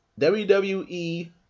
WWE